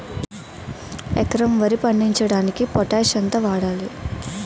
ఎకరం వరి పండించటానికి పొటాష్ ఎంత వాడాలి?